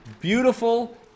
Beautiful